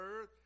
earth